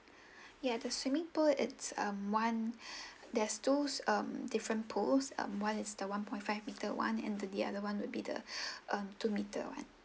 ya the swimming pool it's a one there's two um different pools um one is the one point five meter one end to the other one would be the um two meter one